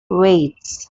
weights